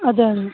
അതെ